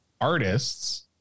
artists